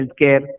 healthcare